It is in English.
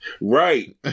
Right